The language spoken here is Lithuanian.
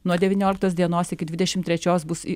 nuo devynioliktos dienos iki dvidešimt trečios bus